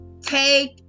take